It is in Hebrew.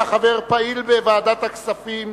היה חבר פעיל בוועדת הכספים.